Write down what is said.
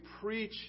preach